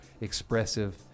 expressive